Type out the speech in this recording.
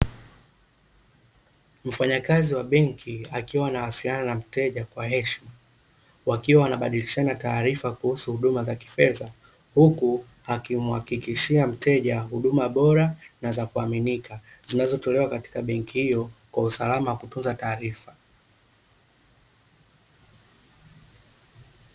Mfanyakazi wa benki akiwa anawasiliana na mteja kwa heshima, wakiwa wanabadilishana taarifa kuhusu huduma za kifedha, huku akimhakikishia mteja huduma bora na za kuaminika, zinazotolewa katika benki hiyo kwa usalama wa kutunza taarifa.